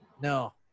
no